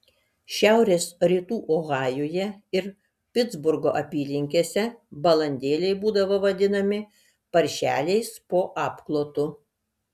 šiaurės rytų ohajuje ir pitsburgo apylinkėse balandėliai būdavo vadinami paršeliais po apklotu